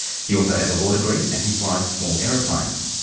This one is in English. he also has a law degree and he flies small aeroplanes.